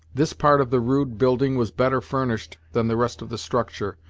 this part of the rude building was better furnished than the rest of the structure,